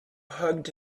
hugged